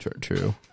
true